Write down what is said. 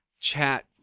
Chat